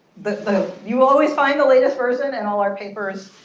the the you will always find the latest version in all our papers.